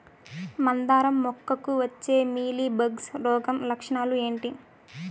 మందారం మొగ్గకు వచ్చే మీలీ బగ్స్ రోగం లక్షణాలు ఏంటి?